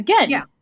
again